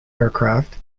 aircraft